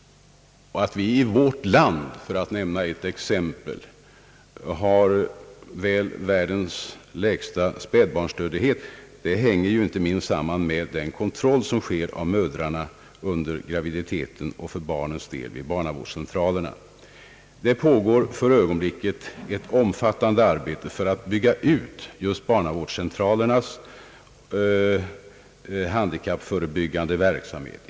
Att vi i vårt land, för att nämna ett exempel, har världens lägsta spädbarnsdödlighet hänger inte minst samman med den kontroll som sker av mödrarna under graviditeten och för barnens del vid barnavårdscentralerna. Det pågår för närvarande ett omfattande arbete med att bygga ut barnavårdscentralernas :handikappförebyggande verksamhet.